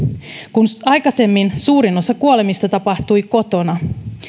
kun aikaisemmin suurin osa kuolemista tapahtui kotona